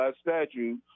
statute